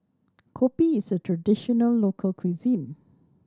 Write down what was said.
Kopi is a traditional local cuisine